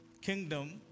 kingdom